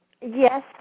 Yes